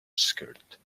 skirt